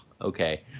okay